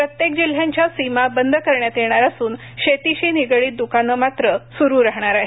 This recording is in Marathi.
प्रत्येक जिल्ह्यांच्या सीमा बंद करण्यात येणार असून शेतीशी निगडीत दुकानं मात्र सुरु राहणार आहेत